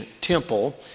temple